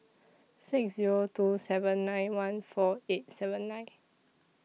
six Zero two seven nine one four eight seven nine